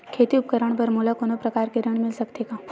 खेती उपकरण बर मोला कोनो प्रकार के ऋण मिल सकथे का?